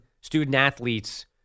student-athletes